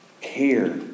care